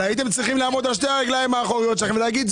אבל הייתם צריכים לעמוד על שתי הרגליים האחוריות שלכם ולהגיד,